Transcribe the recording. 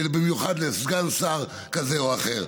ובמיוחד לסגן שר כזה או אחר.